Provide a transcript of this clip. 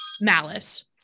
malice